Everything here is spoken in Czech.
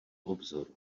obzoru